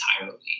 entirely